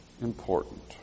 important